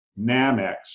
Namex